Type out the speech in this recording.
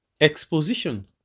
Exposition